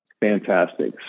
Fantastic